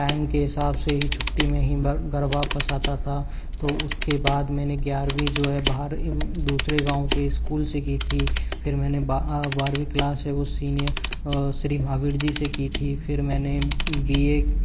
time के हिसाब से ही छुट्टी में ही घर वापस आता था तो उसके बाद मैंने ग्यारवी जो है बाहर दूसरे गांव के स्कूल से की थी फिर मैंने बारवीं क्लास जो है सीनियर श्री महावीर जी से की थी फिर मैंने बी ए